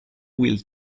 will